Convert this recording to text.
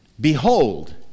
Behold